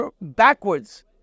backwards